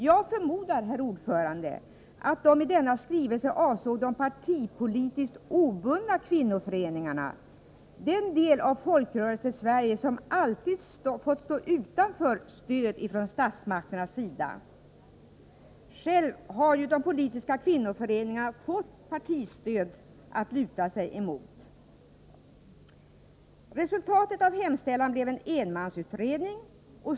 Jag förmodar, herr talman, att de i denna skrivelse avsåg de partipolitiskt obundna kvinnoföreningarna, den del av Folkrörelsesverige som alltid varit utan stöd från statens sida. Själva har ju de politiska kvinnoföreningarna alltid haft det stödet att luta sig mot. Resultatet av hemställan blev en enmansutredning.